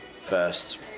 first